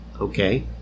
Okay